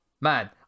man